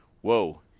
whoa